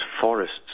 forests